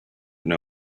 know